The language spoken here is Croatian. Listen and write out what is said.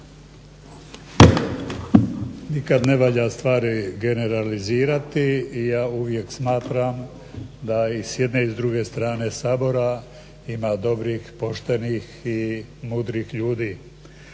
Nikad ne valja stvari generalizirati i ja uvijek smatram da i s jedne i s druge strane Sabora ima dobrih, poštenih i mudrih ljudi.